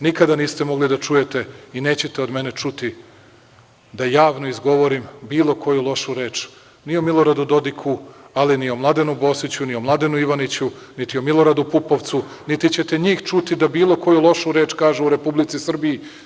Nikada niste mogli da čujete i nećete od mene ni čuti da javno izgovorim bilo koju lošu reč i o Miloradu Dodiku, ali ni o Mladenu Bosiću, ni o Mladenu Ivaniću, niti o Miloradu Pupovcu, niti ćete njih čuti da bilo koju lošu reč kažu o Republici Srbiji.